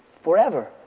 forever